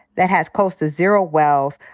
that has close to zero wealth,